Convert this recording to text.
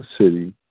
city